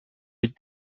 with